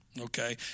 Okay